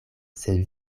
sed